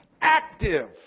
active